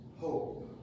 hope